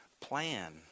plan